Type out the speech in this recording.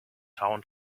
town